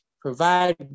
provide